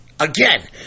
Again